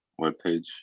webpage